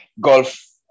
Golf